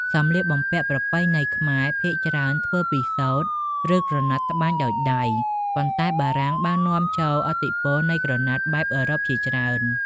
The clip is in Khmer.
សម្លៀកបំំពាក់ប្រពៃណីខ្មែរភាគច្រើនធ្វើពីសូត្រ ឬ ក្រណាត់ត្បាញដោយដៃ ប៉ុន្តែបារាំងបាននាំចូលឥទ្ធិពលនៃក្រណាត់បែបអឺរ៉ុបជាច្រើន។